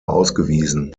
ausgewiesen